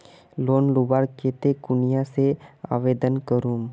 Loan लुबार केते कुनियाँ से आवेदन करूम?